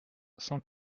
cent